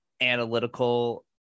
Analytical